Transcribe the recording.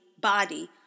body